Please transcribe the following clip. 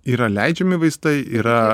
yra leidžiami vaistai yra